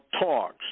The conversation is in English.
talks